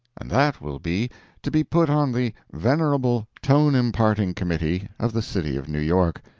and that will be to be put on the venerable tone-imparting committee of the city of new york,